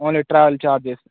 only travel charges